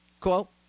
Quote